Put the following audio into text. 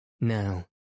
Now